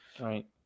Right